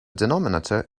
denominator